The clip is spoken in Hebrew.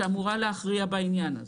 שאמורה להכריע בעניין הזה.